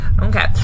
okay